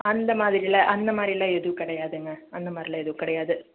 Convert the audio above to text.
அந்தமாதிரில அந்தமாதிரியெலாம் எதுவும் கிடையாதுங்க அந்தமாதிரிலாம் கிடையாது